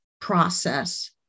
process